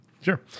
Sure